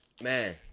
Man